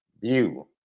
view